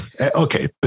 Okay